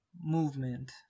movement